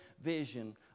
vision